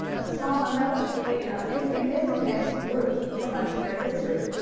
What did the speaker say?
a small and relatively insignificant group for much of their history.